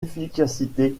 efficacité